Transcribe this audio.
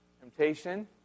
Temptation